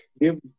give